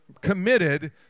committed